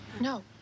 No